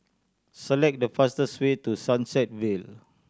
select the fastest way to Sunset Vale